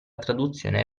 traduzione